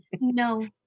No